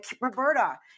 Roberta